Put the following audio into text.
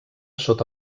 sota